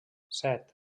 set